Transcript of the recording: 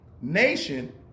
nation